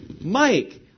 Mike